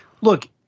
look